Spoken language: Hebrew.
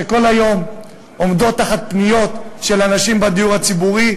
שכל היום עומדות מול פניות של אנשים על הדיור הציבורי.